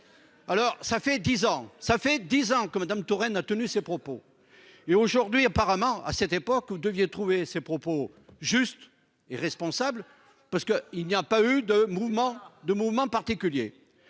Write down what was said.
ans ça fait 10 ans que Madame Touraine a tenu ces propos. Et aujourd'hui apparemment à cette époque vous deviez trouver ses propos juste et responsable parce que il n'y a pas eu de mouvement de